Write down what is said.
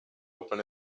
open